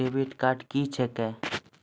Debit card क्या हैं?